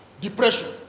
depression